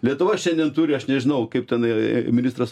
lietuva šiandien turi aš nežinau kaip tenai ministras